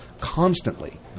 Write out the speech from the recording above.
constantly